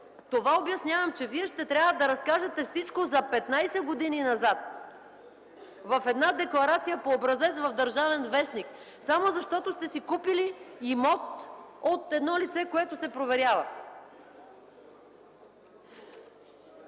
Това обяснявам – че Вие ще трябва да разкажете всичко за 15 години назад в една декларация по образец в „Държавен вестник”, само защото сте си купили имот от лице, което се проверява.